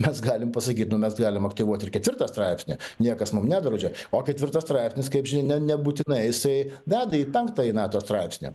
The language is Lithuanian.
mes galim pasakyt nu mes galim aktyvuot ir ketvirtą straipsnį niekas mum nedraudžia o ketvirtas straipsnis kaip žinia nebūtinai jisai veda į penktąjį nato straipsnį